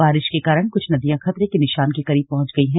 बारिश के कारण कुछ नदियां खतरे के निशान के करीब पहुंच गई हैं